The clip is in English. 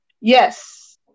Yes